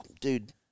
dude